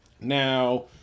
Now